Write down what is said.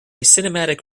cinematic